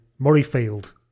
Murrayfield